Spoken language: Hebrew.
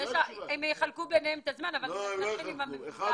אי אפשר להגיד כל הזמן קפסולות,